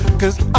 Cause